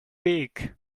pig